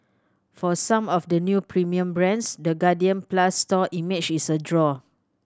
for some of the new premium brands the Guardian Plus store image is a draw